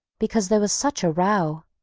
because there was such a row.